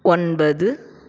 ஒன்பது